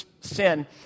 sin